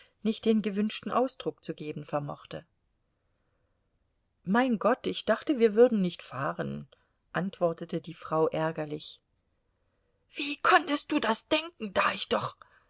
nicht den gewünschten ausdruck zu geben vermochte mein gott ich dachte wir würden nicht fahren antwortete die frau ärgerlich wie konntest du das denken da ich doch